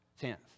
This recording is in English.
tenth